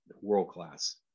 world-class